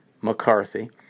McCarthy